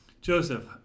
Joseph